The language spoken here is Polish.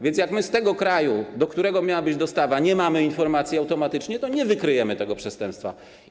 Więc jak my z tego kraju, do którego miała być dostawa, nie mamy automatycznie informacji, to nie wykryjemy tego przestępstwa.